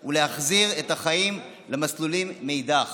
גיסא ולהחזיר את החיים למסלולם מאידך